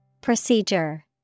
Procedure